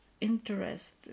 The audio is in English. interest